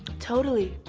totally.